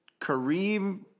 Kareem